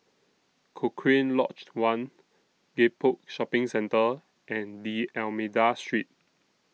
Cochrane Lodged one Gek Poh Shopping Centre and D'almeida Street